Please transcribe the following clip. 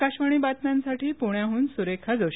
आकाशवाणी बातम्यांसाठी पूण्याहून सुरेखा जोशी